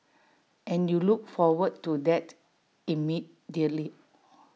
and you look forward to that immediately